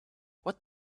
what